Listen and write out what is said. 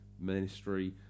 Ministry